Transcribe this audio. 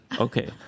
Okay